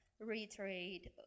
reiterate